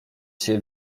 się